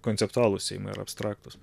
konceptualūs ar abstraktūs